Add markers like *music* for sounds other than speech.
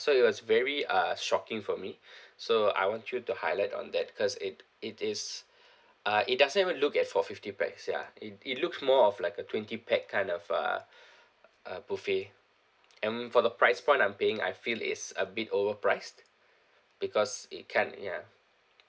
so it was very uh shocking for me *breath* so I want you to highlight on that cause it it is *breath* uh it doesn't even look at for fifty pax ya it it looks more of like a twenty pax kind of uh *breath* uh buffet and for the price point I'm paying I feel it's a bit overpriced because it can't ya